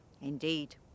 Indeed